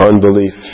Unbelief